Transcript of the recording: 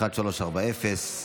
1514,